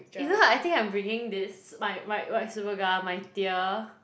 you know what I think I'm bringing this my my white Superga my tier